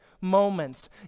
moments